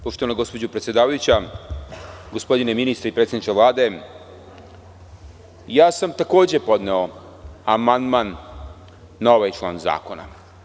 Poštovana gospođo predsedavajuća, gospodine ministre i predsedniče Vlade, ja sam takođe podneo amandman na ovaj član zakona.